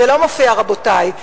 זה לא מופיע, רבותי.